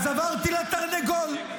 אז עברתי לתרנגול.